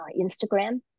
Instagram